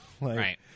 Right